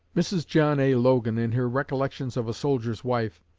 mrs. john a. logan, in her recollections of a soldier's wife,